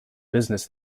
business